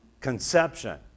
conception